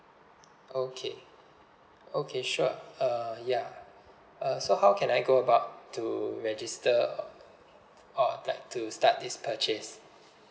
okay okay sure uh ya uh so how can I go about to register or like to start this purchase